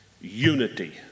unity